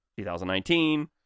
2019